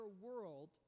world